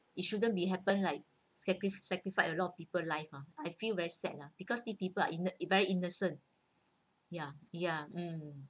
it shouldn't be happen like sacri~ sacrifice a lot of peoples' lives ah I feel very sad lah because these people are inn~ very innocent yeah yeah um